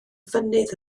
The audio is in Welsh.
fynydd